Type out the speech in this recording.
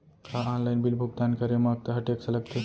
का online bill भुगतान करे मा अक्तहा टेक्स लगथे?